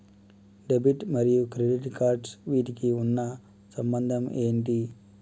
Debit మరియు credit cards వీటికి ఉన్న సంబంధం ఏంటి?